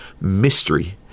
mystery